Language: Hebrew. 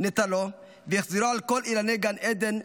נטלו והחזירו על כל אילני גן עדן,